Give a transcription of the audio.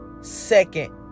Second